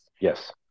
Yes